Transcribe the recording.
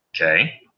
Okay